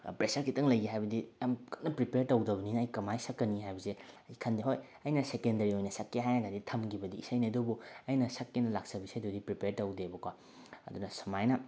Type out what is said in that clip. pressure ꯈꯤꯇꯪ ꯂꯩꯌꯦ ꯍꯥꯏꯕꯗꯤ ꯌꯥꯝ ꯀꯟꯅ ꯄ꯭ꯔꯤꯄ꯭ꯔꯦꯔ ꯇꯧꯗꯕꯅꯤꯅ ꯑꯩ ꯀꯃꯥꯏꯅ ꯁꯛꯀꯅꯤ ꯍꯥꯏꯕꯁꯦ ꯑꯩ ꯈꯪꯗꯦ ꯍꯣꯏ ꯑꯩꯅ ꯁꯦꯀꯦꯟꯗꯔꯤ ꯑꯣꯏꯅ ꯁꯛꯀꯦ ꯍꯥꯏꯅꯗꯤ ꯊꯝꯈꯤꯕꯗꯤ ꯏꯁꯩꯅꯦ ꯑꯗꯨꯕꯨ ꯑꯩꯅ ꯁꯛꯀꯦꯅ ꯂꯥꯛꯆꯕ ꯏꯁꯩꯗꯨꯗꯤ ꯄ꯭ꯔꯤꯄ꯭ꯔꯦꯔ ꯇꯧꯗꯦꯕꯀꯣ ꯑꯗꯨꯅ ꯁꯨꯃꯥꯏꯅ